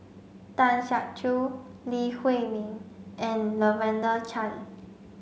Tan Siak Kew Lee Huei Min and Lavender Chang